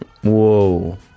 Whoa